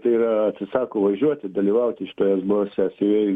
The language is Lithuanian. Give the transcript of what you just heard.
tai yra atsisako važiuoti dalyvauti šitoj esbo sesijoj